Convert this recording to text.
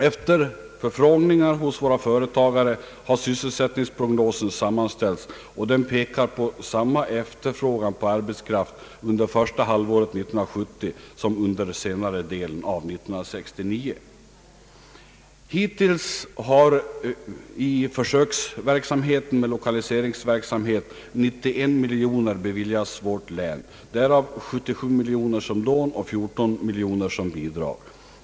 Efter för frågning hos några företagare har sysselsättningsprognoser sammanställts, och de pekar på samma efterfrågan på arbetskraft under första halvåret 1970 som under senare delen av 1969. Hittills har i försöksverksamheten med lokaliseringsverksamhet 91 miljoner kronor beviljats vårt län, därav 77 miljoner kronor som lån och 14 miljoner som bidrag.